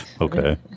Okay